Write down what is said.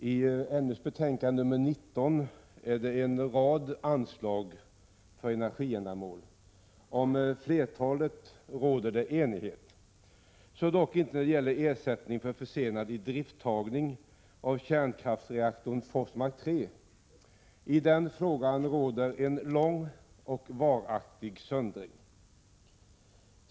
Herr talman! NU:s betänkande nr 19 behandlar en rad anslag för energiändamål. Om flertalet anslag råder enighet, så dock inte när det gäller ersättning för försenad idrifttagning av kärnkraftsreaktorn Forsmark 3. I denna fråga råder en lång och varaktig söndring.